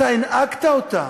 אתה הנהגת אותם.